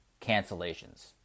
cancellations